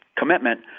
commitment